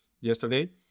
yesterday